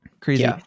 crazy